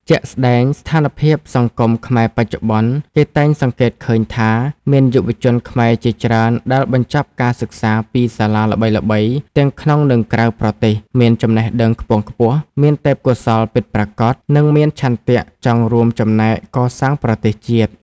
ជាក់ស្តែងស្ថានភាពសង្គមខ្មែរបច្ចុប្បន្ន គេតែងសង្កេតឃើញថា មានយុវជនខ្មែរជាច្រើនដែលបញ្ចប់ការសិក្សាពីសាលាល្បីៗទាំងក្នុង និងក្រៅប្រទេស មានចំណេះដឹងខ្ពង់ខ្ពស់ មានទេពកោសល្យពិតប្រាកដ និងមានឆន្ទៈចង់រួមចំណែកកសាងប្រទេសជាតិ។